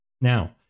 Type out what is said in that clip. Now